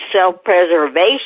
self-preservation